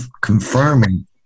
confirming